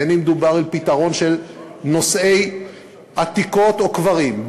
בין שמדובר על פתרון של נושאי עתיקות או קברים,